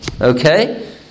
Okay